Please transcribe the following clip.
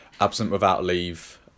absent-without-leave